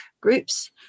groups